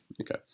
Okay